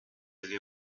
avait